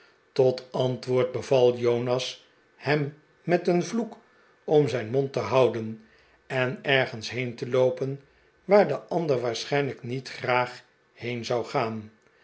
tot antwoord beval jonas hem met een vloek om zijn mond te houden en ergens heen te loopen waar de ander waarschijnlijk niet graag heen zou gaan